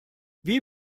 wie